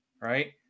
Right